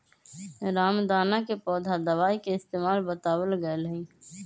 रामदाना के पौधा दवाई के इस्तेमाल बतावल गैले है